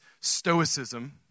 stoicism